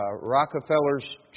Rockefeller's